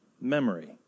memory